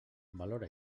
valora